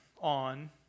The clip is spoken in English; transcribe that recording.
on